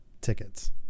tickets